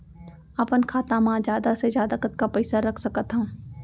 अपन खाता मा जादा से जादा कतका पइसा रख सकत हव?